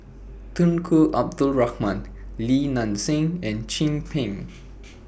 Tunku Abdul Rahman Li Nanxing and Chin Peng